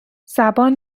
زبان